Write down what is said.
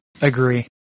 agree